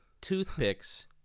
toothpicks